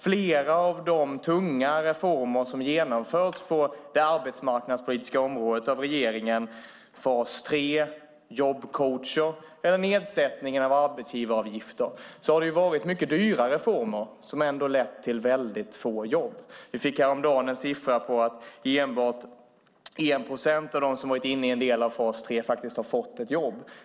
Flera av de tunga reformer som regeringen har genomfört på det arbetsmarknadspolitiska området - fas 3, jobbcoacher eller nedsättningen av arbetsgivaravgifter - har varit dyra reformer som ändå lett till väldigt få jobb. Vi fick härom dagen en siffra på att endast 1 procent av dem som har varit inne i en del av fas 3 faktiskt har fått ett jobb.